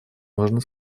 можно